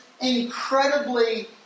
incredibly